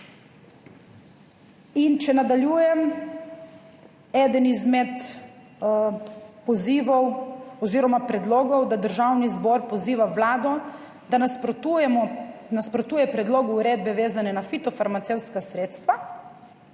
In če nadaljujem, eden izmed pozivov oziroma predlogov, da Državni zbor poziva Vlado, da nasprotuje predlogu uredbe vezane na fitofarmacevtska sredstva,